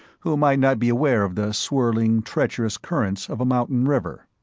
who might not be aware of the swirling, treacherous currents of a mountain river.